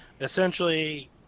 essentially